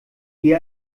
die